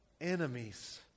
enemies